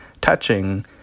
touching